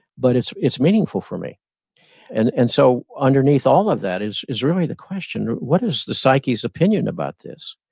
but it's it's meaningful for me and and so underneath all of that is is really the question, what is the psyche's opinion about this?